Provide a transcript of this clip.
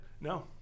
no